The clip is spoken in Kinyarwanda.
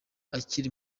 akiri